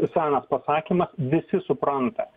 senas pasakymas visi supranta